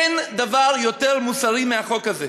אין דבר יותר מוסרי מהחוק הזה.